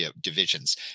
divisions